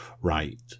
right